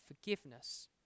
forgiveness